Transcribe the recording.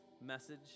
message